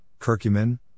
curcumin